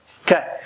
Okay